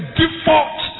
default